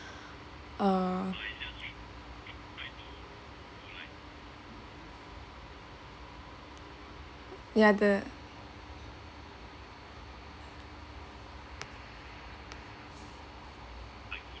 uh ya the